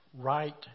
right